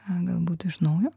a galbūt iš naujo